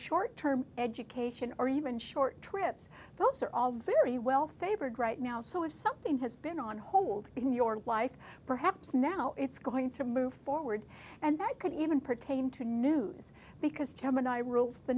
short term education or even short trips those are all very well favored right now so if something has been on hold in your life perhaps now it's going to move forward and that could even pertain to news because